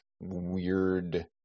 weird